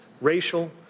racial